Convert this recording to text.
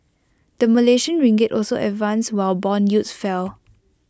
the Malaysian ringgit also advanced while Bond yields fell